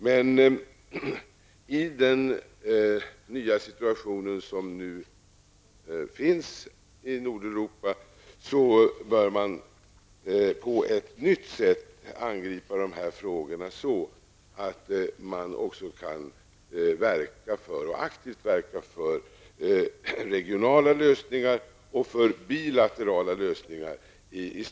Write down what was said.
Men i den nya situation som nu råder i Nordeuropa bör man angripa dessa frågor på ett nytt sätt så att man också i större utsträckning kan aktivt verka för regionala lösningar och bilaterala lösningar.